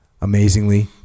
Amazingly